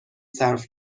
صرف